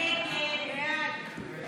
הסתייגות 21 לא נתקבלה.